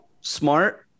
smart